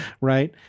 right